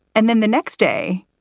and then the next day,